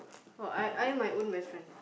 oh I I am my own best friend